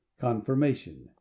Confirmation